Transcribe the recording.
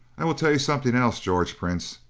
i will tell you something else, george prince.